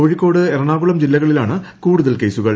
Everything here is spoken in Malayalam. കോഴിക്കോട് എറണാകുളം ജില്ലകളിലാണ് കൂടുതൽ കേസുകൾ